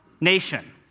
nation